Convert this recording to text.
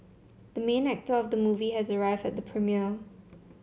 the main actor of the movie has arrived at the premiere